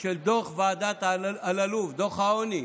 של דוח ועדת אלאלוף, דוח העוני.